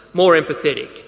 more empathetic,